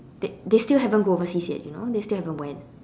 they they still haven't go overseas yet you know they still haven't went